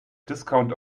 discount